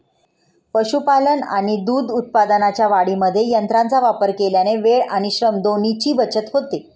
पशुपालन आणि दूध उत्पादनाच्या वाढीमध्ये यंत्रांचा वापर केल्याने वेळ आणि श्रम दोन्हीची बचत होते